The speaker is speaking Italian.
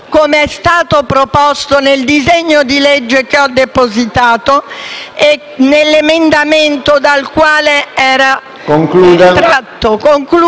come è stato proposto nel disegno di legge che ho depositato e nell'emendamento dal quale era tratto.